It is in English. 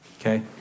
Okay